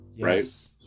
right